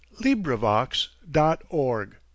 LibriVox.org